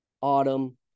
autumn